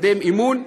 לקדם אמון?